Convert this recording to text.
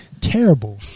terrible